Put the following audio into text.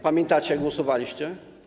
Pamiętacie, jak głosowaliście?